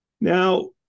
Now